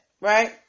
right